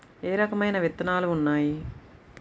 ఏ రకమైన విత్తనాలు ఉన్నాయి?